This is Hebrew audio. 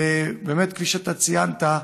באמת, כפי שאתה ציינת,